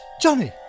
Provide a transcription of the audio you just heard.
Johnny